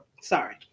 Sorry